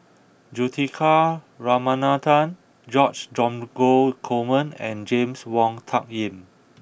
Juthika Ramanathan George Dromgold Coleman and James Wong Tuck Yim